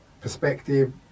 perspective